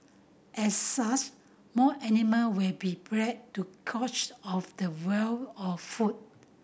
as such more animal will be bred to coach of the wild of food